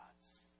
God's